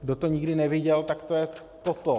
Kdo to nikdy neviděl, tak to je toto.